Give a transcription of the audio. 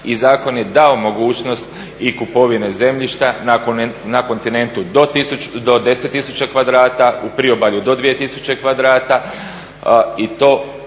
i zakon je dao mogućnost i kupovine zemljišta na kontinentu do 10 000 kvadrata, u priobalju do 2000 kvadrata i to